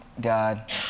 God